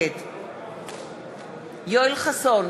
נגד יואל חסון,